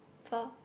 for